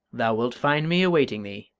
thou wilt find me awaiting thee,